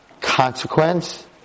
consequence